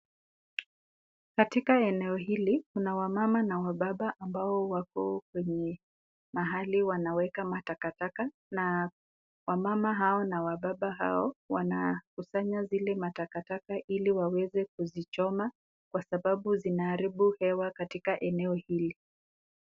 Katika eneo hili kuna wamama na wababa ambao wako kwenye mahali wanaweka matakataka na wamama hao na wababa hao wanakusanya zile matakataka ili waweze kuzichoma kwa sababu zinaharibu hewa katika eneo hili.